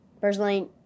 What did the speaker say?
Personally